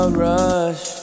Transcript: rush